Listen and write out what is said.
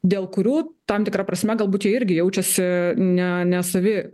dėl kurių tam tikra prasme galbūt jie irgi jaučiasi ne nesavi